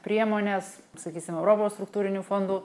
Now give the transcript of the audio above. priemonės sakysim europos struktūrinių fondų